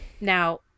now